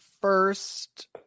first